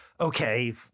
okay